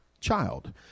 child